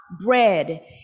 bread